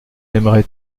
aimerait